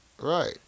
Right